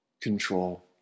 control